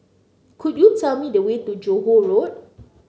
could you tell me the way to Johore Road